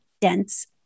dense